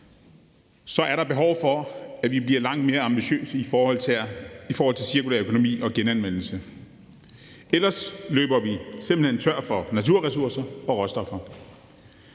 os, er der behov for, at vi bliver langt mere ambitiøse i forhold til cirkulær økonomi og genanvendelse. Ellers løber vi simpelt hen tør for naturressourcer og råstoffer.